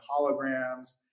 holograms